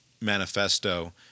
manifesto